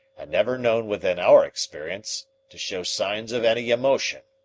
and never known within our experience to show signs of any emotion.